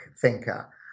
thinker